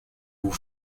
vous